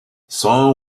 son